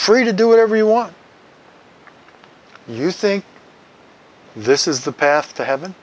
free to do whatever you want you think this is the path to heaven